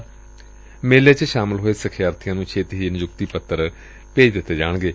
ਏਸ ਮੇਲੇ ਚ ਸ਼ਾਮਲ ਹੋਏ ਸਿਖਿਆਰਥੀਆਂ ਨੂੰ ਛੇਤੀ ਹੀ ਨਿਯੁਕਤੀ ਪੱਤਰ ਦਿੱਤੇ ਜਾਣਗੇ